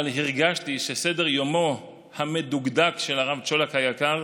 אבל הרגשתי שסדר-יומו המדוקדק של הרב צ'ולק היקר